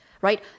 right